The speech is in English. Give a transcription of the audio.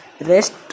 rest